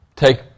take